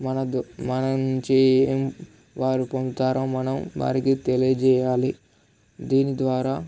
మన మన నుంచి ఏం వారు పొందుతారో మనం వారికి తెలియజేయాలి దీని ద్వారా